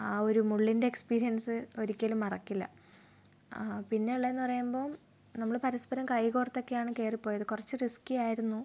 ആ ഒരു മുള്ളിൻ്റെ എക്സ്പീരിയൻസ് ഒരിക്കലും മറക്കില്ല പിന്നെയുള്ളതെന്ന് പറയുമ്പം നമ്മൾ പരസ്പരം കൈ കോർത്തൊക്കെയാണ് കയറിപ്പോയത് കുറച്ച് റിസ്കി ആയിരുന്നു